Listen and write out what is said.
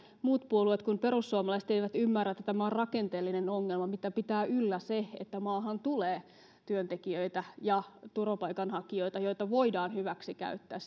muut puolueet kuin perussuomalaiset eivät ymmärrä että tämä on rakenteellinen ongelma mitä pitää yllä se että maahan tulee työntekijöitä ja turvapaikanhakijoita joita voidaan hyväksikäyttää